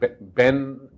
Ben